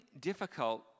difficult